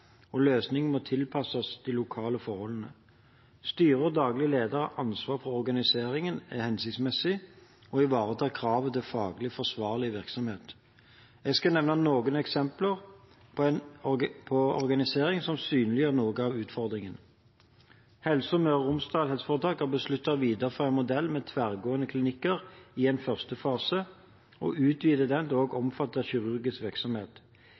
og løsningen må tilpasses de lokale forholdene. Styret og daglig leder har ansvar for at organiseringen er hensiktsmessig og ivaretar kravet til faglig forsvarlig virksomhet. Jeg skal nevne noen eksempler på organisering som synliggjør noen utfordringer: Helse Møre og Romsdal HF har besluttet å videreføre en modell med tverrgående klinikker i en første fase og utvide den til også å omfatte kirurgisk virksomhet.